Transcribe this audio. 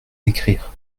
écrire